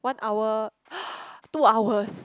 one hour two hours